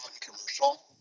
commercial